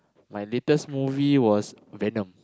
my latest movie was Venom